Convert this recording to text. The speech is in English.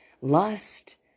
lust